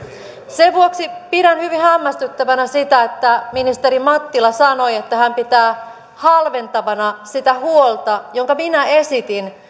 sen vuoksi pidän hyvin hämmästyttävänä sitä että ministeri mattila sanoi että hän pitää halventavana sitä huolta jonka minä esitin